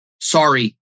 Sorry